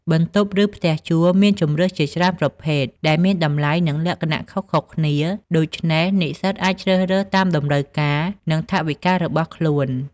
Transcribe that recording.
បន្ទប់ ឬផ្ទះជួលមានជម្រើសជាច្រើនប្រភេទដែលមានតម្លៃ និងលក្ខណៈខុសៗគ្នា ដូច្នេះនិស្សិតអាចជ្រើសរើសតាមតម្រូវការ និងថវិការបស់ខ្លួន។